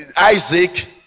Isaac